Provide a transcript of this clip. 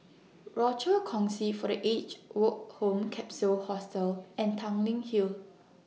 Rochor Kongsi For The Aged Woke Home Capsule Hostel and Tanglin Hill